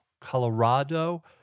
Colorado